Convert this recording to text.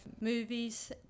movies